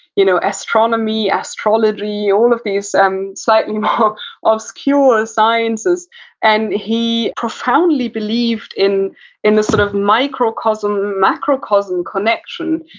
you know astronomy, astrology, all of these um slightly more obscure sciences and he profoundly believed in in the sort of microcosm, macrocosm connection.